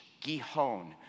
gihon